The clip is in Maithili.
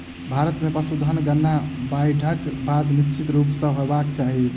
भारत मे पशुधन गणना बाइढ़क बाद निश्चित रूप सॅ होयबाक चाही